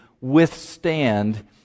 withstand